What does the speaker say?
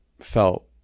felt